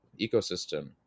ecosystem